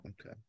okay